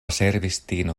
servistino